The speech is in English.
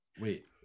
wait